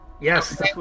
Yes